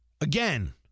Again